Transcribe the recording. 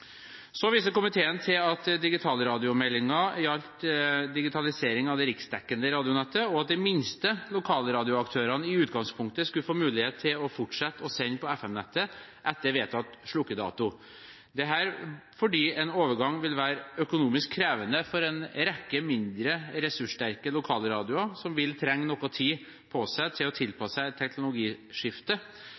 Så viser komiteen til at digitalradiomeldingen gjaldt digitalisering av det riksdekkende radionettet, og at de minste lokalradioaktørene i utgangspunktet skulle få mulighet til å fortsette å sende på FM-nettet etter vedtatt slukkedato – dette fordi en overgang vil være økonomisk krevende for en rekke mindre ressurssterke lokalradioer som vil trenge noe tid til å tilpasse seg